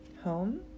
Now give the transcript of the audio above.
home